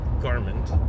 garment